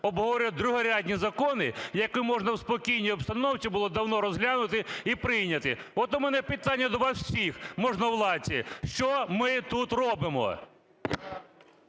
обговорює другорядні закони, які можна в спокійній обстановці було давно розглянути і прийняти. От у мене питання до вас всіх, можновладці: що ми тут робимо.